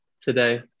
today